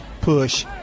push